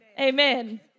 Amen